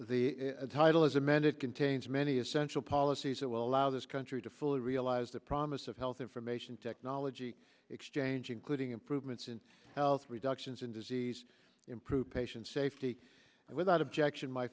the title is amended contains many essential policies that will allow this country to fully realize the promise of health information technology exchange including improvements in health reductions in disease improve patient safety and without objection my